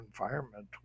environment